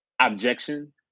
objection